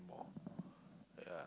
more ya